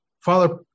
Father